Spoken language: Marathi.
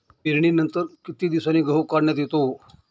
पेरणीनंतर किती दिवसांनी गहू काढण्यात येतो?